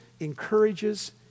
encourages